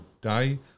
day